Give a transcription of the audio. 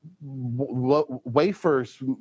wafers